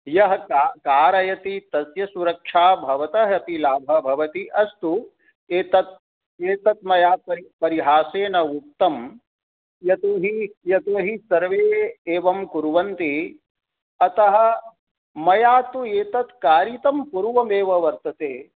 यः क कारयति तस्य सुरक्षा भवतः अपि लाभः भवति अस्तु एतत् एतत् मया परि परिहासेन उक्तं यतोहि यतोहि सर्वे एवं कुर्वन्ति अतः मया तु एतत् कारितं पूर्वमेव वर्तते